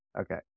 Okay